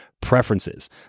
preferences